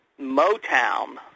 Motown